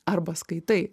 arba skaitai